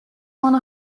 one